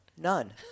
None